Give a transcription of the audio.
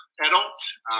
adults